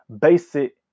basic